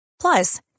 Plus